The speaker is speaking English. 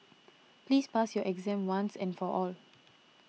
please pass your exam once and for all